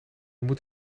moet